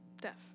Deaf